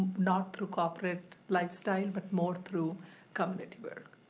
not through corporate lifestyle, but more through community work.